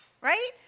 Right